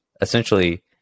essentially